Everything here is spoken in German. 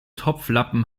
topflappen